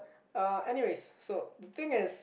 uh anyways so the thing is